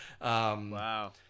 wow